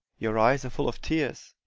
your eyes are full of tears.